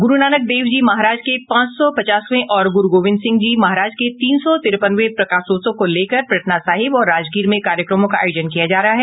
गुरुनानक देव जी महाराज के पांच सौ पचासवें और गुरु गोविंद सिंह जी महाराज के तीन सौ तीरपनवें प्रकाशोत्सव को लेकर पटना साहिब और राजगीर में कार्यक्रमों का अयोजन किया जा रहा है